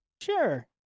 Sure